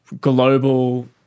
global